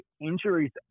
injuries